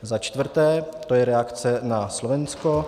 Za čtvrté to je reakce na Slovensko.